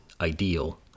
ideal